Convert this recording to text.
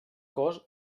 cos